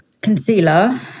concealer